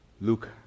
Luke